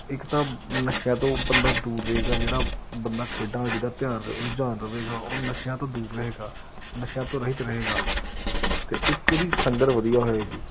ਇੱਕ ਤਾਂ ਨਸ਼ਿਆਂ ਤੋਂ ਬੰਦਾ ਦੂਰ ਰਹੇਗਾ ਜਿਹੜਾ ਬੰਦਾ ਖੇਡਾਂ ਜਿਹਦਾ ਧਿਆਨ ਰੁਝਾਨ ਰਹੇਗਾ ਉਹ ਨਸ਼ਿਆਂ ਤੋਂ ਦੂਰ ਰਹੇਗਾ ਨਸ਼ਿਆਂ ਤੋਂ ਰਹਿਤ ਰਹੇਗਾ ਅਤੇ ਇੱਕ ਉਹਦੀ ਸੰਗਤ ਵਧੀਆ ਹੋਏਗੀ